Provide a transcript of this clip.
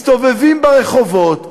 מסתובבים ברחובות,